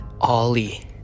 ollie